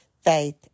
faith